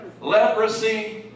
leprosy